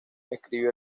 escribió